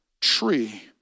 tree